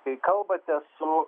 kai kalbate su